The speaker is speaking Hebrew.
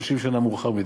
30 שנה מאוחר מדי.